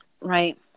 Right